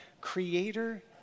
creator